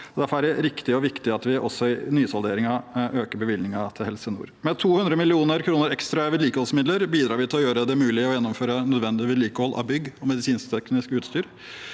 det riktig og viktig at vi også i nysalderingen øker bevilgningen til Helse nord. Med 200 mill. kr ekstra i vedlikeholdsmidler bidrar vi til å gjøre det mulig å gjennomføre nødvendig vedlikehold av bygg og medisinsk-teknisk utstyr.